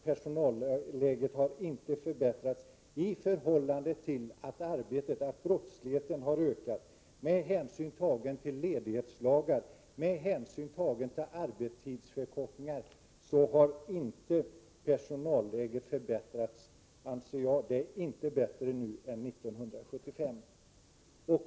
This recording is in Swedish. Personalläget har inte förbättrats i förhållande till att brottsligheten har ökat och med hänsyn tagen till ledighetsdagar, arbetstidsförkortningar etc. Personalläget är inte bättre nu än 1975.